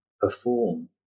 perform